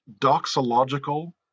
doxological